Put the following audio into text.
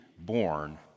born